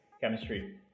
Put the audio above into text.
Chemistry